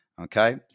okay